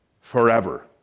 forever